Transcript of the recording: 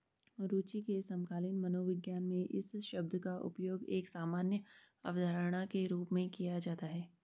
रूचि के समकालीन मनोविज्ञान में इस शब्द का उपयोग एक सामान्य अवधारणा के रूप में किया जाता है